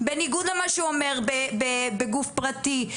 בניגוד למה שאומר בגוף פרטי,